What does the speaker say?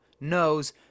knows